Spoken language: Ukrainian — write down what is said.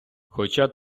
хоча